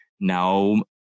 now